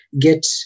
get